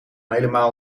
helemaal